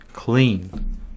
clean